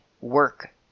work